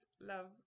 love